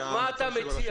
אז מה אתה מציע?